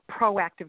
proactive